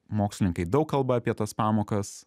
mokslininkai daug kalba apie tas pamokas